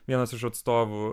vienas iš atstovų